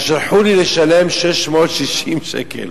שלחו לי לשלם 660 שקלים.